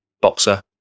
boxer